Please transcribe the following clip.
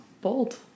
bold